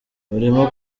barimo